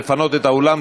לפנות את האולם,